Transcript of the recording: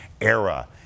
era